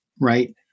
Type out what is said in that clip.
Right